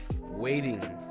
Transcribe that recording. waiting